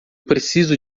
preciso